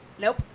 Nope